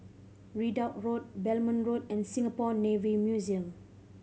Ridout Road Belmont Road and Singapore Navy Museum